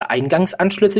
eingangsanschlüsse